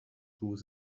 through